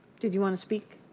did you want to speak?